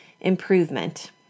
improvement